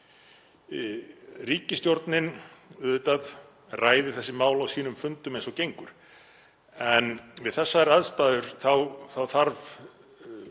Ríkisstjórnin auðvitað ræðir þessi mál á sínum fundum eins og gengur en við þessar aðstæður þarf